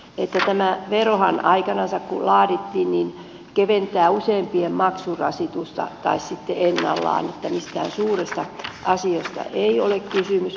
tämä verohan joka aikanansa laadittiin keventää useimpien maksurasitusta tai on sitten ennallaan että mistään suuresta asiasta ei ole kysymys